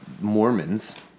Mormons